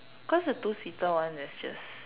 cause the two seater one is just